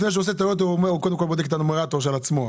לפני שהוא עושה טעויות הוא קודם כל בודק את הנומרטור של עצמו.